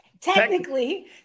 technically